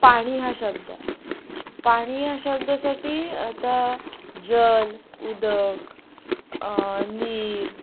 पाणी हा शब्द आहे पाणी या शब्दासाठी आता जल उदक नीर